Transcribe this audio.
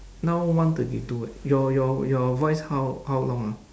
now one thirty two eh your your your voice how how long ah